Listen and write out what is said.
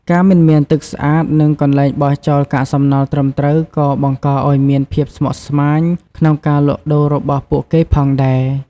ការមិនមានទឹកស្អាត និងកន្លែងបោះចោលកាកសំណល់ត្រឹមត្រូវក៏បង្កឱ្យមានមានភាពស្មុគស្មាញក្នុងការលក់ដូររបស់ពួកគេផងដែរ។